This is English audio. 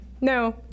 No